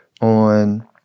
on